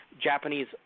Japanese